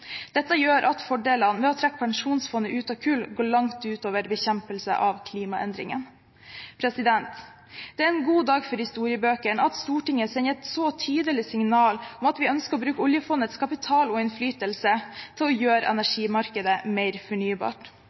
Dette gjør at fordelene ved å trekke pensjonsfondet ut av kull går langt utover bekjempelse av klimaendringene. Det er en god dag for historiebøkene at Stortinget sender et så tydelig signal om at vi ønsker å bruke oljefondets kapital og innflytelse på å gjøre energimarkedet mer fornybart.